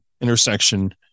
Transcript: intersection